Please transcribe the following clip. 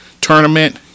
tournament